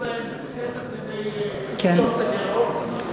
כסף כדי לסתום את הגירעון.